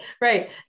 right